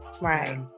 right